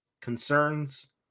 Concerns